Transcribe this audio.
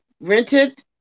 rented